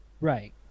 Right